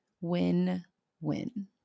win-win